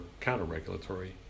counter-regulatory